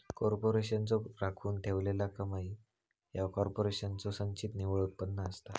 कॉर्पोरेशनचो राखून ठेवलेला कमाई ह्या कॉर्पोरेशनचो संचित निव्वळ उत्पन्न असता